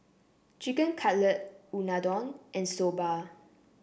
Chicken Cutlet Unadon and Soba